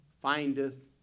findeth